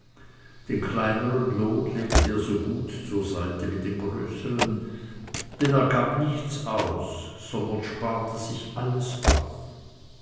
den kleinern lohn legte er so gut zur seite wie den größern denn er gab nichts aus sondern sparte sich alles auf